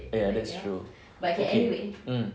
ya that's true okay mm